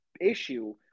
issue